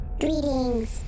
greetings